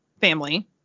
family